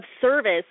service